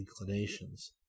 inclinations